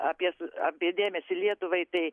apie su apie dėmesį lietuvai tai